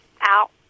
out